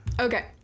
Okay